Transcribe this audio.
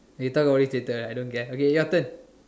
we talk about later I don't care okay your turn